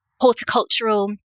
horticultural